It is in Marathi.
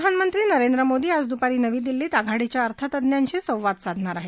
प्रधानमंत्री नरेंद्र मोदी आज दुपारी नवी दिल्लीत आघाडीच्या अर्थतज्ञांशी संवाद साधणार आहेत